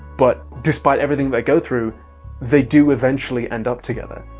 but despite everything they go through they do eventually end up together.